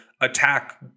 attack